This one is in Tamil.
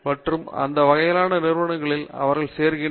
மற்றும் எந்த வகையான நிறுவனங்களில் அவர்கள் சேருகின்றனர்